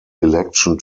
election